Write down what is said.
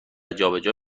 جابجا